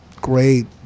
great